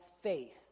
faith